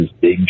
big